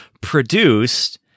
produced